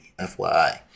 FYI